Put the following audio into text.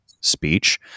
speech